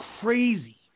crazy